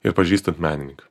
ir pažįstant menininką